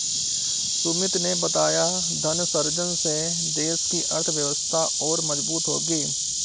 सुमित ने बताया धन सृजन से देश की अर्थव्यवस्था और मजबूत होगी